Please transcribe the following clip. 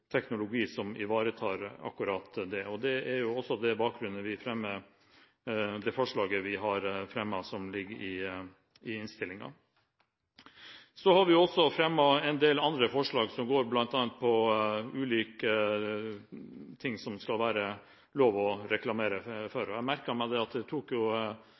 teknologi som ivaretar akkurat det. Det er også på den bakgrunnen at vi fremmer det forslaget vi har fremmet, som ligger i innstillingen. Vi har også fremmet en del andre forslag, som bl.a. går på ulike ting som det skal være lov å reklamere for. Jeg merket meg at et tok